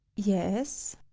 yes.